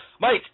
Mike